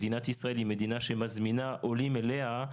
מדינת ישאל היא מדינה שמזמינה עולים אליה,